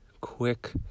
quick